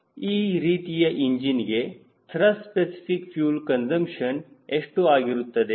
ಈ ರೀತಿಯ ಇಂಜಿನಿಗೆ ತ್ರಸ್ಟ್ ಸ್ಪೆಸಿಫಿಕ್ ಫ್ಯೂಲ್ ಕನ್ಸುಂಪ್ಷನ್ ಎಷ್ಟು ಆಗಿರುತ್ತದೆ